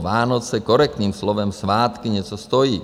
Vánoce korektním slovem svátky něco stojí.